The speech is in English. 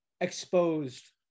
exposed